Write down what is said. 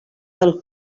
del